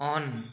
on